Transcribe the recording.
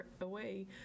away